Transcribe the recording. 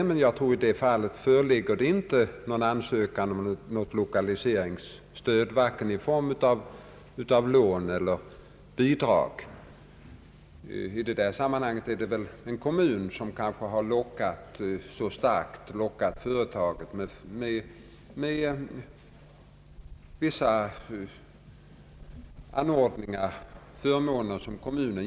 Jag tror emellertid att i det fallet föreligger det inte någon ansökan om lokaliseringsstöd, vare sig i form av lån eller bidrag. I det fallet är det väl en kommun som har lockat företaget med vissa förmåner.